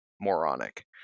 moronic